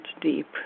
deep